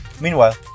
Meanwhile